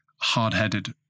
hard-headed